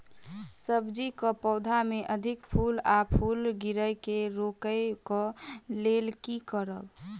सब्जी कऽ पौधा मे अधिक फूल आ फूल गिरय केँ रोकय कऽ लेल की करब?